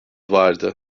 vardı